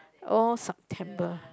oh September